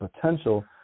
potential